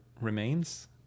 remains